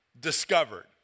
discovered